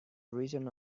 reason